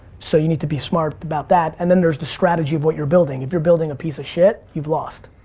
so you need to be smart about that. and then there's the strategy of what you're building. if you're building a piece of shit, you've lost.